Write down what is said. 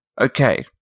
Okay